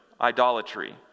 idolatry